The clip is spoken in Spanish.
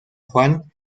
juan